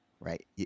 right